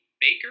Baker